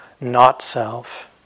not-self